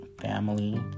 family